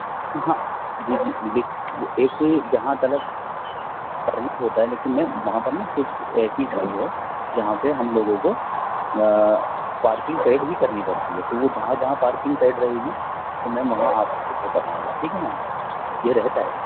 ہاں ہاں جی جی وہ ایک جہاں تک پرمٹ ہوتا ہے لیکن میم وہاں پر نا کچھ ایسی کھائی ہے جہاں پہ ہم لوگوں کو پارکنگ پیڈ ہی کرنی پڑتی ہے تو وہ جہاں جہاں پارکنگ پیڈ رہے گی تو میم وہاں آپ کو پے کرنا ہوگا ٹھیک ہے میم یہ رہتا ہے